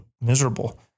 miserable